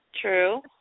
True